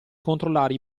controllare